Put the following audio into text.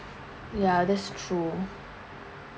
ya that's true